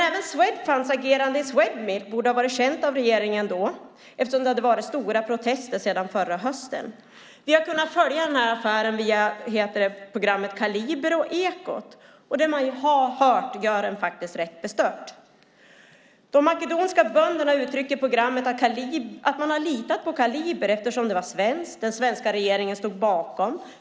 Även Swedfunds agerande i Swedmilk borde då ha varit känt av regeringen eftersom det hade varit stora protester sedan förra hösten. Vi har kunnat följa affären via programmen Kaliber och Ekot . Det man har hört gör en rätt bestört. De makedoniska bönderna uttrycker i programmet Kaliber att man litat på Swedmilk eftersom det var svenskt och den svenska regeringen stod bakom.